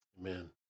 amen